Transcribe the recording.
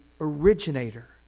originator